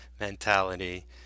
mentality